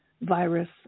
virus